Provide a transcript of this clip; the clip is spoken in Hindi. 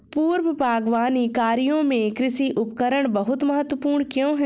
पूर्व बागवानी कार्यों में कृषि उपकरण बहुत महत्वपूर्ण क्यों है?